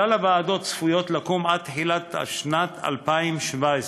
כלל הוועדות צפויות לקום עד תחילת שנת 2017,